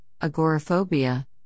agoraphobia